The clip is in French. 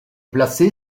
placée